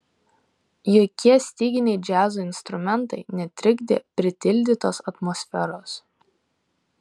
jokie styginiai džiazo instrumentai netrikdė pritildytos atmosferos